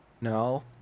No